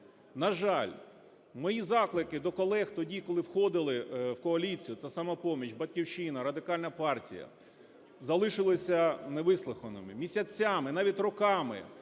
На жаль, мої заклики до колег тоді, коли входили в коаліцію - це "Самопоміч", "Батьківщина", Радикальна партія - залишилися невислуханими. Місяцями, навіть роками